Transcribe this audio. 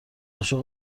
عاشق